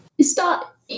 start